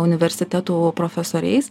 universitetų profesoriais